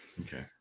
Okay